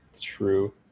True